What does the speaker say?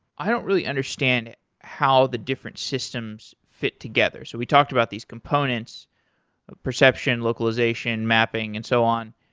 i don't really understand how the different systems fit together. so we talked about these components perception, localization, mapping and so on.